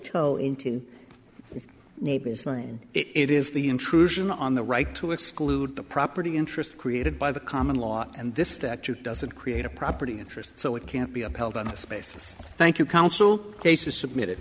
trial into the neighbor's mind it is the intrusion on the right to exclude the property interest created by the common law and this statute doesn't create a property interest so it can't be upheld on the spaces thank you counsel cases submitted